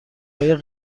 های